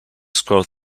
scroll